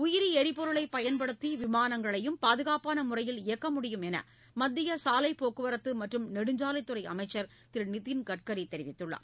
உயிரி எரிபொருளைப் பயன்படுத்தி விமானங்களையும் பாதுகாப்பான முறையில் இயக்க முடியும் என மத்திய சாலைப் போக்குவரத்து மற்றும் நெடுஞ்சாலைத்துறை அமைச்சர் திரு நிதின்கட்கரி கூறியுள்ளார்